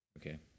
Okay